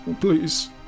Please